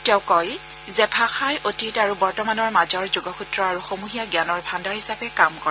তেওঁ কয় যে ভাষাই অতীত আৰু বৰ্তমানৰ মাজৰ যোগসত্ৰ আৰু সমহীয়া জ্ঞানৰ ভাণ্ডাৰ হিচাপে কাম কৰে